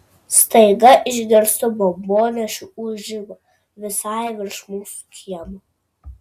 staiga išgirstu bombonešių ūžimą visai virš mūsų kiemo